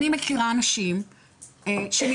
אני מכירה אנשים שנרשמו.